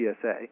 PSA